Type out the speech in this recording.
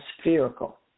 spherical